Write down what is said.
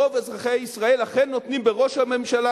רוב אזרחי ישראל אכן נותנים בראש הממשלה